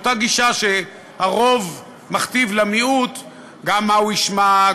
מאותה גישה שהרוב מכתיב למיעוט גם מה הוא ישמע,